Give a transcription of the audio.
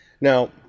Now